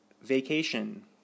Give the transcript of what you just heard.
Vacation